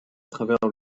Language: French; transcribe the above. travers